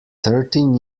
thirteen